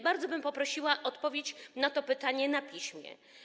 Bardzo bym poprosiła o odpowiedź na to pytanie na piśmie.